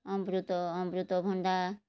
ଅମୃତଭଣ୍ଡା